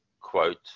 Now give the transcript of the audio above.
quote